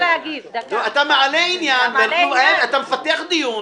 אתה מעלה עניין ומפתח דיון.